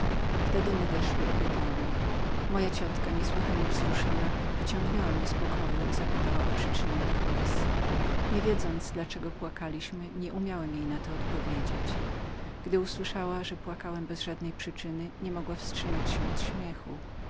nadeszły obie damy moja ciotka niesłychanie wzruszona wyciągnęła mnie z pokoju i zapytała o przyczynę tych łez nie wiedząc dla czego płakaliśmy nieumiałem jej na to odpowiedzieć gdy usłyszała że płakałem bez żadnej przyczyny niemogła wstrzymać się od śmiechu